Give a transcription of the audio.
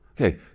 Okay